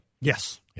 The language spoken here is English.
Yes